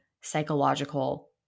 psychological